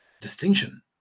distinction